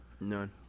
None